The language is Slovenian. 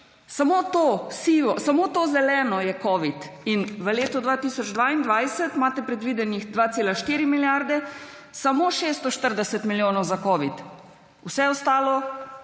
samo to zeleno je covid in v letu 2022 imate predvideni 2,4 milijarde. Samo 640 milijonov za covid, vse ostalo